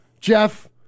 Jeff